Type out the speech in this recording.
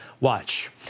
Watch